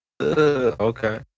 Okay